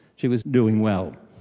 she was doing well.